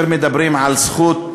מדברים על זכות